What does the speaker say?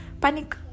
panic